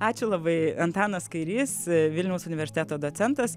ačiū labai antanas kairys vilniaus universiteto docentas